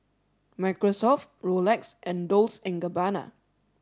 Microsoft Rolex and Dolce and Gabbana